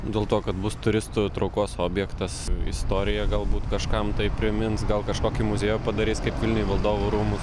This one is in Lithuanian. dėl to kad bus turistų traukos objektas istorija galbūt kažkam tai primins gal kažkokį muziejų padarys kaip vilniuj valdovų rūmų